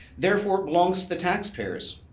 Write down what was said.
therefore, it belongs to the taxpayers.